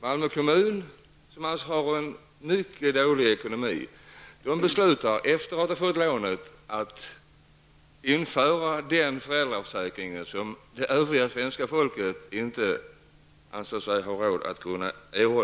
Malmö kommun, som har en mycket dålig ekonomi, beslutar efter att ha fått lånet att införa den föräldraförsäkring som svenska folket i övrigt inte ansett sig ha råd med.